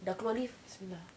dah keluar lift bismillah